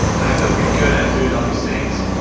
i feel pretty good. i'm doing all these things.